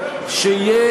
שיהיה